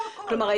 כלומר,